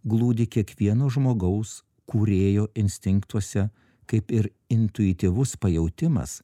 glūdi kiekvieno žmogaus kūrėjo instinktuose kaip ir intuityvus pajautimas